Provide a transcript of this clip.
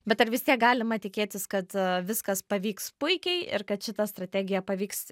bet ar vis tiek galima tikėtis kad viskas pavyks puikiai ir kad šita strategija pavyks